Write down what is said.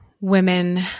women